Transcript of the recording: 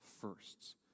firsts